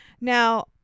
now